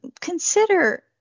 consider